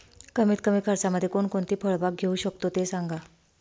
कमीत कमी खर्चामध्ये कोणकोणती फळबाग घेऊ शकतो ते सांगा